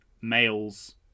males